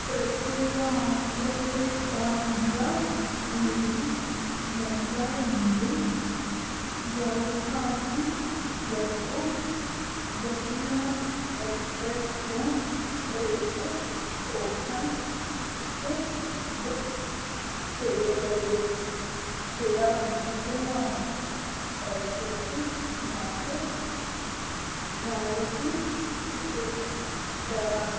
ప్రత్యేక ఆఫర్లో భాగంగా నేను ముంబై నుండి గౌహాతి వరకు గతిమాన్ ఎక్స్ప్రెస్లో రేపు కోసం టికెట్ బుక్ చేయగలగు చేయాలి అనుకుంటున్నాను దయచేసి నాకు రాయితీ టికెట్ ధర